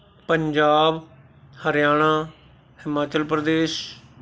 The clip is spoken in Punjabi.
ਪੰਜਾਬ ਹਰਿਆਣਾ ਹਿਮਾਚਲ ਪ੍ਰਦੇਸ਼